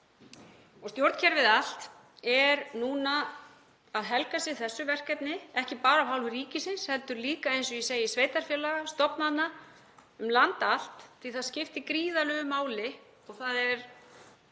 Stjórnkerfið allt er núna að helga sig þessu verkefni, ekki bara af hálfu ríkisins heldur líka, eins og ég segi, sveitarfélaga og stofnana um land allt því að það skiptir gríðarlegu máli. Það